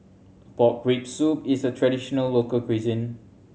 pork rib soup is a traditional local cuisine